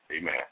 amen